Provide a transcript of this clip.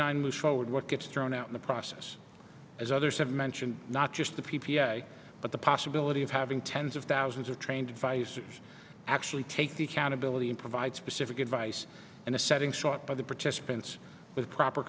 moves forward what gets thrown out in the process as others have mentioned not just the p p a but the possibility of having tens of thousands of trained devices actually take the accountability and provide specific advice in the setting sought by the participants with proper